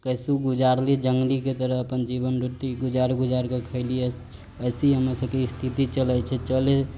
कैसहु गुजारली जङ्गली के तरह अपन जीवन रोटी गुजार गुजार के खैली ऐसी हमरसबके स्थिति चलै छै चलै